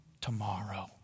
tomorrow